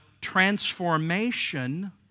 transformation